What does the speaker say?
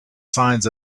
signs